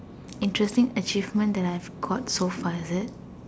interesting achievement that I have got so far is it